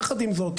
יחד עם זאת,